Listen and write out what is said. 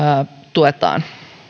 tuetaan